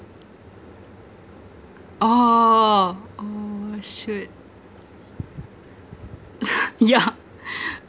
oh oh shoot yeah